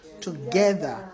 together